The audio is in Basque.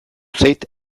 zait